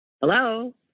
Hello